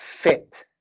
fit